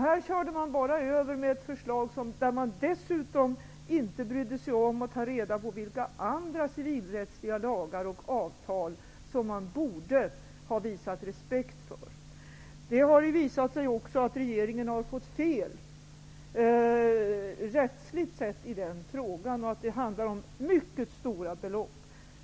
Här körde regeringen över med ett förslag utan att bry sig om att ta reda på vilka andra civilrättsliga lagar och avtal man borde ha visat respekt för. Det har visat sig att regeringen har gjort fel rättsligt sett i denna fråga. Det handlar om mycket stora belopp.